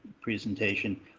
presentation